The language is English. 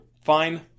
fine